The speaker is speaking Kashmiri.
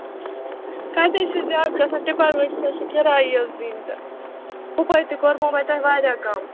کَتہِ حظ چھُ زیادٕ گژھان ٹِپر وٲلِس حظ چھِ کِرایی یٲژ دِنۍ تہٕ ہُپٲرۍ تہِ کوٚرمَو مےٚ تۄہہِ واریاہ کَم